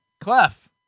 clef